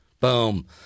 Boom